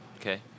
Okay